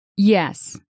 Yes